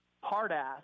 hard-ass